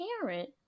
parent